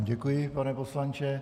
Děkuji vám, pane poslanče.